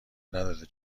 نداده